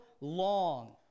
long